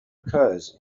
occurs